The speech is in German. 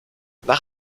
nach